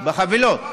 בחבילות.